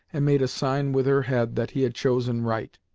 and made a sign with her head that he had chosen right.